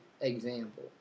example